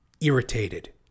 irritated